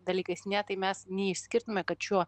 dalykais ne tai mes neišskirtume kad šiuo